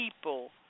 people